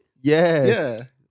yes